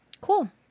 Cool